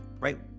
right